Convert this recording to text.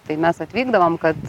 tai mes atvykdavom kad